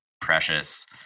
precious